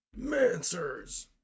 Mancers